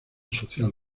social